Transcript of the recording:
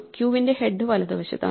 ക്യൂവിന്റെ head വലതുവശത്താണ്